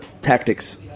tactics